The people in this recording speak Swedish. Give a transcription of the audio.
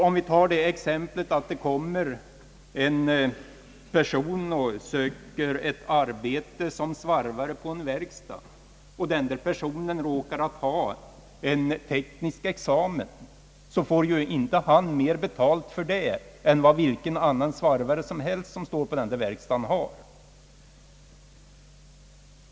Om vi tar det exemplet att en person söker ett arbete som svarvare på en verkstad och vederbörande råkar ha en teknisk examen får han inte därför mer betalt än vilken annan svarvare som helst på samma verkstad.